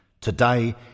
Today